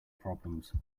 problems